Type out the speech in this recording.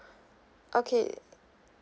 okay